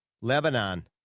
Lebanon